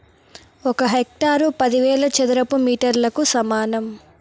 ఒక హెక్టారు పదివేల చదరపు మీటర్లకు సమానం